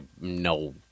no